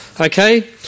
Okay